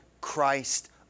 Christ